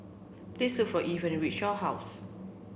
please look for Evie when you reach Shaw House